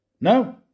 No